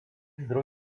zdroj